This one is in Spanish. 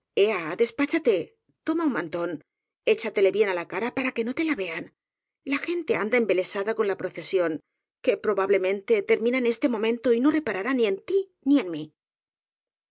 despáchate toma un mantón échatele bien á la cara para que no te la vean la gente anda embelesada con la procesión que probable mente termina en este momento y no reparará ni en tí ni en mí